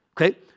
Okay